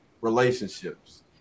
relationships